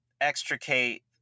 extricate